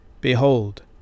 Behold